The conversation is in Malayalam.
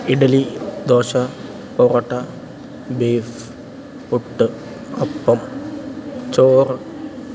ഇഡലി ദോശ പൊറോട്ട ബീഫ് പുട്ട് അപ്പം ചോറ്